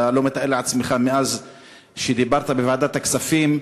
אתה לא מתאר לעצמך, מאז שדיברת בוועדת הכספים,